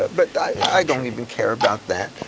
but i don't even care about that,